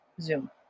Zoom